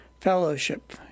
Fellowship